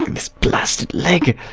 this blasted leg!